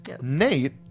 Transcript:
Nate